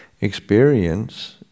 experience